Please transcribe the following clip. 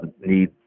need